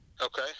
Okay